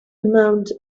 amounts